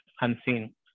unseen